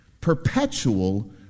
perpetual